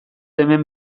hemen